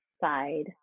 side